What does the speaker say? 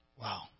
Wow